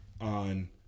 on